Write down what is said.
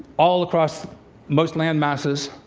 all across most land masses.